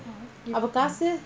அப்ப காசு:appa kaasu